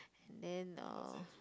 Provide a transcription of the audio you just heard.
then uh